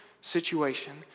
situation